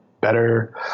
better